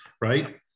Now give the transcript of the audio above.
right